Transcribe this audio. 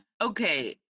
Okay